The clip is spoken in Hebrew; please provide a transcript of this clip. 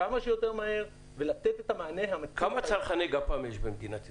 כמה שיותר מהר ולתת את המענה -- כמה צרכני גפ"מ יש במדינת ישראל?